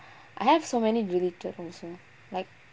I have so many deleted also like